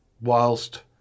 whilst